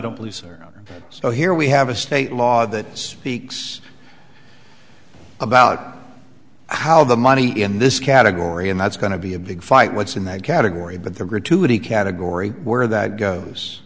don't lease or so here we have a state law that speaks about how the money in this category and that's going to be a big fight what's in that category but the gratuity category where that goes